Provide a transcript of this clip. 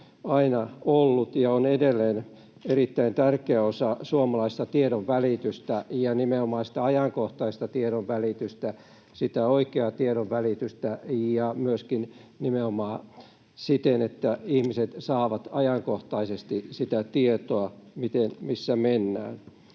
aina ollut ja on edelleen erittäin tärkeä osa suomalaista tiedonvälitystä ja nimenomaan sitä ajankohtaista tiedonvälitystä, sitä oikeaa tiedonvälitystä, ja nimenomaan siten, että ihmiset saavat ajankohtaisesti siitä tietoa, missä mennään.